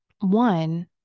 one